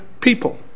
people